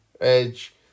Edge